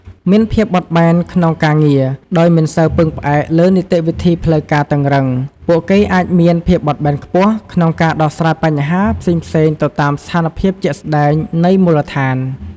មានភាពបត់បែនក្នុងការងារ ដោយមិនសូវពឹងផ្អែកលើនីតិវិធីផ្លូវការតឹងរ៉ឹង ពួកគេអាចមាន ភាពបត់បែនខ្ពស់ ក្នុងការដោះស្រាយបញ្ហាផ្សេងៗទៅតាមស្ថានភាពជាក់ស្តែងនៃមូលដ្ឋាន។